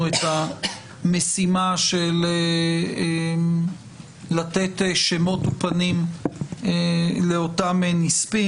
את המשימה של לתת שמות ופנים לאותם נספים.